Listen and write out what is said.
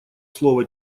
слово